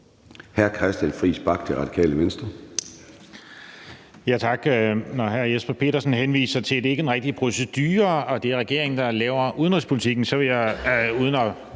Hr. Christian Friis Bach, Det Radikale Venstre.